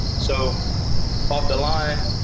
so off the lie.